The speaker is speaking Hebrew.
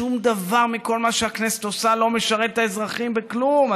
שום דבר מכל מה שהכנסת עושה לא משרת את האזרחים בכלום,